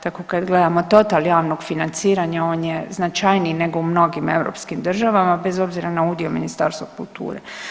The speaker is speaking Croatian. Tako kad gledamo total javnog financiranja on je značajniji nego u mnogim europskim državama bez obzira na udio Ministarstva kulture.